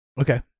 Okay